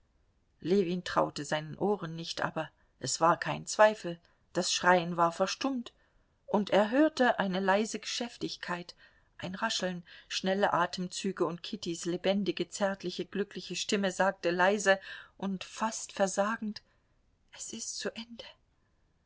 ljewin traute seinen ohren nicht aber es war kein zweifel das schreien war verstummt und er hörte eine leise geschäftigkeit ein rascheln schnelle atemzüge und kittys lebendige zärtliche glückliche stimme sagte leise und fast versagend es ist zu ende